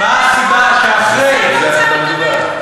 על איזה החלטה מדובר?